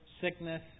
sickness